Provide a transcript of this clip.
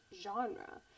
genre